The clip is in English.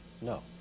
No